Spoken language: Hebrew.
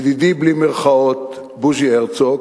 ידידי, בלי מירכאות, בוז'י הרצוג,